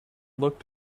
looked